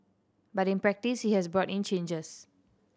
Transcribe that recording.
but in practice he has brought in changes